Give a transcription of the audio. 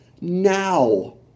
now